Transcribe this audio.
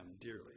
dearly